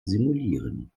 simulieren